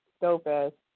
dope